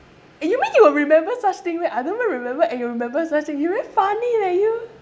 you mean you will remember such thing meh I don't even remember and you remember such thing you very funny leh you